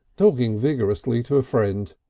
talking vigorously to a friend.